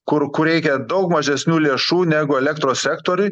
kur kur reikia daug mažesnių lėšų negu elektros sektoriuj